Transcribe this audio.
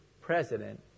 president